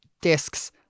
discs